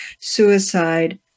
suicide